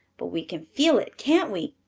but we can feel it, can't we?